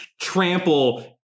trample